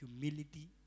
humility